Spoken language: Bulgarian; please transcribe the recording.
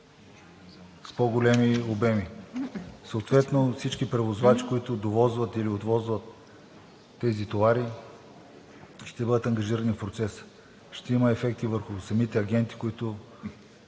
с по-големи обеми. Съответно всички превозвачи, които довозват или отвозват тези товари, ще бъдат ангажирани в процеса. Ще има ефект и върху самите агенти, които